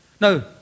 No